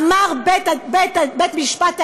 אמר בית-משפט העליון,